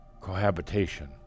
cohabitation